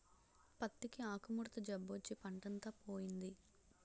పత్తికి ఆకుముడత జబ్బొచ్చి పంటంతా పోయింది